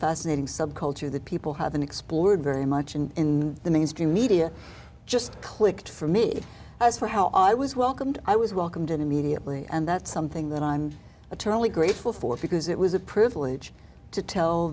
fascinating subculture that people haven't explored very much in the mainstream media just clicked for me as for how i was welcomed i was welcomed immediately and that's something that i'm eternally grateful for because it was a privilege to tell